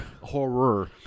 horror